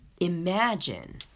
imagine